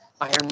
Iron